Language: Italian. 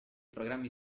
programmi